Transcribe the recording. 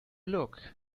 look